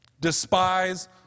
despise